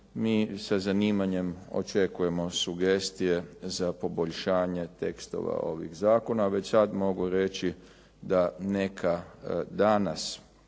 Mi sa zanimanjem očekujemo sugestije za poboljšanje tekstova ovih zakona. Već sad mogu reći da neka danas